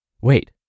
wait